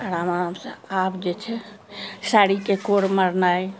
आराम आराम से आब जे छै साड़ी के कोर मोरनाइ